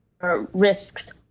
risks